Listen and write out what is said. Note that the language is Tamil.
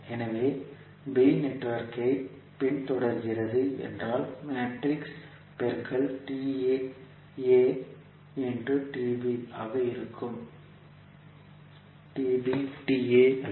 எனவே b நெட்வொர்க்கைப் பின்தொடர்கிறது என்றால் மேட்ரிக்ஸ் பெருக்கல் ஆக இருக்கும் அல்ல